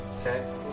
Okay